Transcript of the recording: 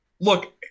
Look